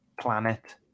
planet